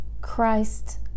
Christ